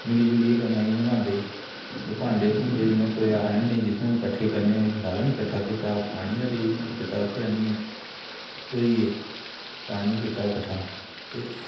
मिली जुलिए कम्मै गी नभांदे हे ते भांडे भूंडे जि'यां कुतेआं आनने जित्थूं कट्ठे करने बालन कट्ठा कीता पानी दा अरेंजमेंट कीता उत्थै आनिए ढोइयै पानी कीता कट्ठा ते